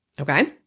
Okay